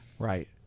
Right